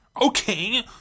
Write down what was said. Okay